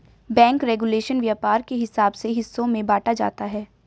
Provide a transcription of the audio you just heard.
bank regulation व्यापार के हिसाब से हिस्सों में बांटा जाता है